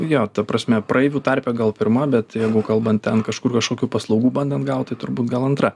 jo ta prasme praeivių tarpe gal pirma bet jeigu kalbant ten kažkur kažkokių paslaugų bandant gauti turbūt gal antra